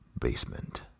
Basement